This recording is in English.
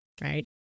right